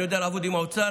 אני יודע לעבוד עם האוצר,